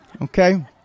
Okay